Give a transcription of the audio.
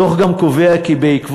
הדוח גם קובע כי בעקבות,